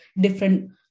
different